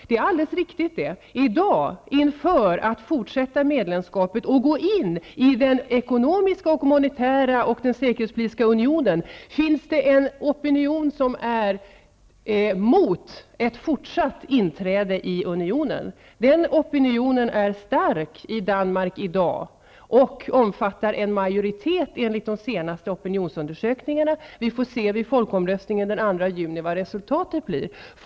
Det är riktigt, men det finns i dag inför ställningstagandet till att fortsätta medlemskapet och gå in i den ekonomiska, monetära och säkerhetspolitiska unionen en opinion mot inträdet i unionen. Den opinionen i Danmark i dag är stark och omfattar enligt de senaste opinionsundersökningarna en majoritet. Vi får se vad resultatet blir vid folkomröstningen den 2 juni.